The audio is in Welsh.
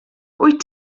wyt